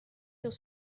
dans